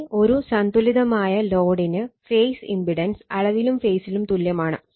ഇനി ഒരു സന്തുലിതമായ ലോഡിന് ഫേസ് ഇമ്പിടൻസ് അളവിലും ഫേസിലും തുല്യമാണ്